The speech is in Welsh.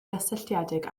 gysylltiedig